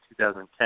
2010